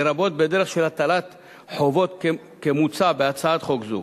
לרבות בדרך של הטלת חובות כמוצע בהצעת חוק זו.